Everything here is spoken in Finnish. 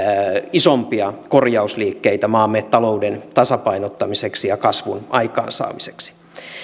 isompia korjausliikkeitä maamme talouden tasapainottamiseksi ja kasvun aikaansaamiseksi